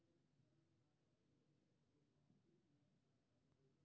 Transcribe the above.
सूक्ष्म पोषक मे बोरोन, जिंक, मैगनीज, लोहा, तांबा, वसा, क्लोरिन आदि होइ छै